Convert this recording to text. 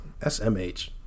SMH